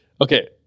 Okay